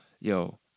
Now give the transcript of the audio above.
yo